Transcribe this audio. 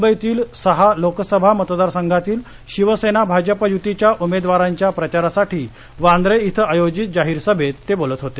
मुंबईतील सहा लोकसभा मतदारसंघांतील शिवसेना भाजप युतीच्या उमेदवारांच्या प्रचारासाठी वांद्रे इथं आयोजित जाहीर सभेत ते बोलत होते